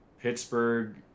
Pittsburgh